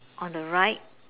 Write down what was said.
on the right